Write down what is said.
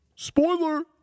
Spoiler